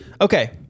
okay